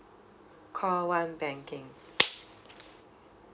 call one banking